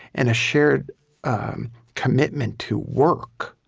and a shared um commitment to work,